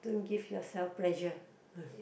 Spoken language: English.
don't give yourself pressure